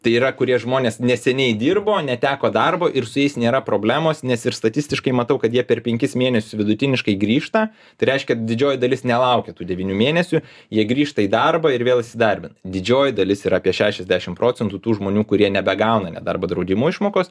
tai yra kurie žmonės neseniai dirbo neteko darbo ir su jais nėra problemos nes ir statistiškai matau kad jie per penkis mėnesius vidutiniškai grįžta tai reiškia didžioji dalis nelaukia tų devynių mėnesių jie grįžta į darbą ir vėl įsidarbina didžioji dalis ir apie šešiasdešimt procentų tų žmonių kurie nebegauna nedarbo draudimo išmokos